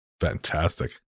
Fantastic